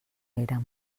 érem